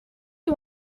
you